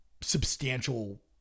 substantial